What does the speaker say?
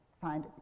find